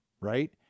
right